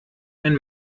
ein